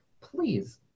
please